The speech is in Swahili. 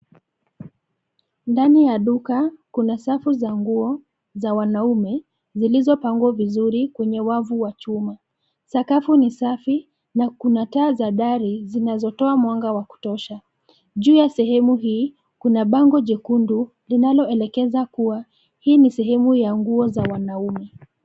Ndani ya duka kuna safu za nguo za wanaume, zilizopangwa vizuri kwenye wavu wa chuma. Sakafu ni safi na kuna taa za dari zinazotoa mwanga wa kutosha. Juu ya sehemu hii, kuna bango jekundu linaloelekeza kuwa hii ni sehemu ya nguo za wanaume.